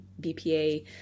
BPA